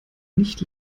nicht